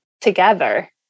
together